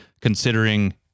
considering